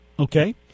Okay